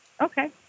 okay